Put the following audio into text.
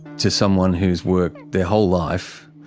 to someone who's worked their whole life,